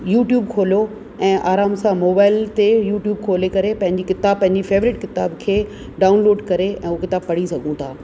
U tube खोलो ऐं आराम सां मोबाइल ते यू ट्यूब खोले करे पंहिंजी किताब पंहिंजी फ़ेवरेट किताब खे डाउनलोड करे ऐं हू किताब पढ़ी सघूं था